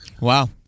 Wow